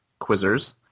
quizzers